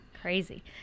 Crazy